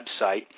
website